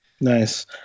nice